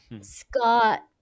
Scott